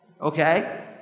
Okay